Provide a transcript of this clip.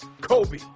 Kobe